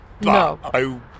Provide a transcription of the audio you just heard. no